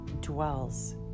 dwells